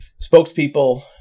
spokespeople